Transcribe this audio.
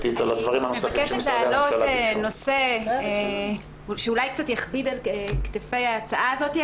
מבקשת להעלות נושא שאולי יכביד קצת על כתפי ההצעה הזאת.